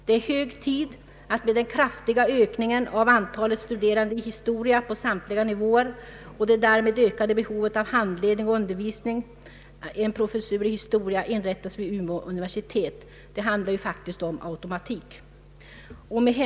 Det är hög tid att med den kraftiga ökningen av antalet studerande i historia på samtliga nivåer och det därmed ökade behovet av handledning och undervisning en professur i historia inrättas vid Umeå universitet. Det handlar ju faktiskt om automatik.